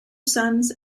sons